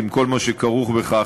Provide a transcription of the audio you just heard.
עם כל מה שכרוך בכך,